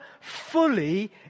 fully